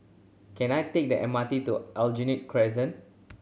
can I take the M R T to Aljunied Crescent